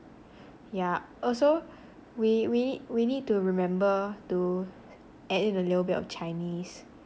yah also we we need we need to remember to add in a little bit of chinese